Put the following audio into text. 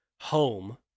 home